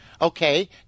Okay